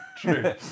true